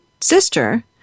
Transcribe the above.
sister